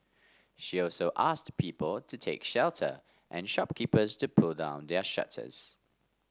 she also asked people to take shelter and shopkeepers to pull down their shutters